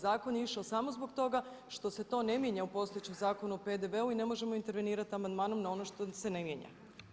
Zakon je išao samo zbog toga što se to ne mijenja u postojećem Zakonu o PDV-u i ne možemo intervenirati amandmanom na ono što se ne mijenja.